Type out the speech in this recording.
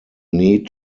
need